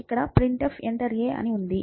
ఇక్కడ printf " enter a" అని ఉంది